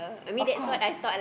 of course